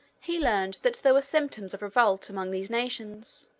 he learned that there were symptoms of revolt among these nations.